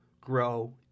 grow